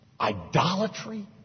idolatry